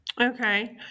Okay